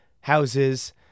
houses